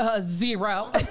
Zero